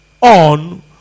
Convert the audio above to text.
on